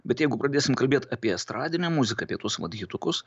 bet jeigu pradėsim kalbėt apie estradinę muziką apie tuos vat hitukus